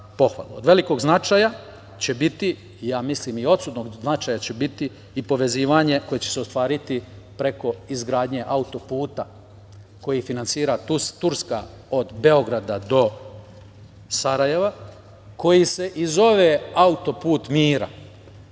je svakako za pohvalu. Od velikog i odsudnog značaja će biti i povezivanje koje će se ostvariti preko izgradnje auto-puta koji finansira Turska od Beograda do Sarajeva, koji se i zove "Autoput mira".